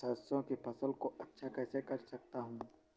सरसो की फसल को अच्छा कैसे कर सकता हूँ?